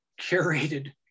curated